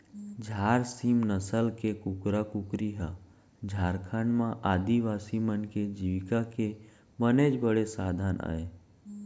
झार सीम नसल के कुकरा कुकरी ह झारखंड म आदिवासी मन के जीविका के बनेच बड़े साधन अय